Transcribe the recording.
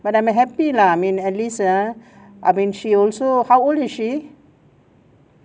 but I'm happy lah I mean at least ah I mean she also how old is she